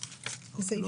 לא בעד.